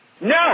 No